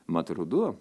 mat ruduo